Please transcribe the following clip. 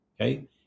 Okay